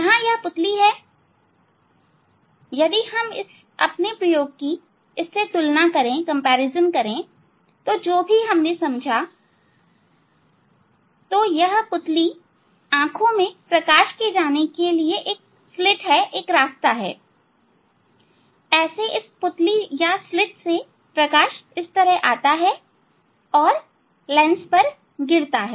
यहां यह पुतली है यदि हम अपने प्रयोग से इसकी तुलना करें जो भी हमने समझाया तो यह पुतली आंखों में प्रकाश के जाने के लिए एक स्लिट है ऐसे इस पुतली या स्लिट से प्रकाश आता है और लेंस पर गिरता है